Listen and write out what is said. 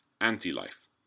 anti-life